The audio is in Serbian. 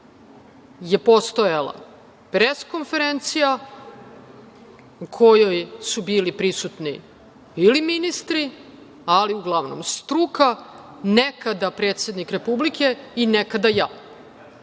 je postojala pres-konferencija u kojoj su bili prisutni ili ministri, ali uglavnom struka, nekada predsednik Republike i nekada ja. Te